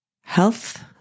health